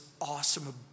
awesome